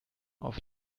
auf